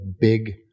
big